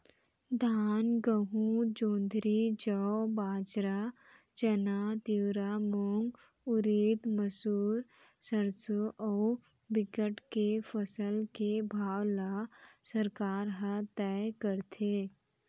धान, गहूँ, जोंधरी, जौ, बाजरा, चना, तिंवरा, मूंग, उरिद, मसूर, सरसो अउ बिकट के फसल के भाव ल सरकार ह तय करथे